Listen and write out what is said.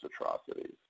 atrocities